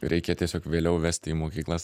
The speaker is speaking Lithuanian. reikia tiesiog vėliau vest į mokyklas